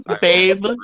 Babe